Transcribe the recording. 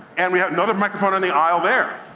and we have another microphone on the aisle there.